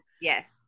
Yes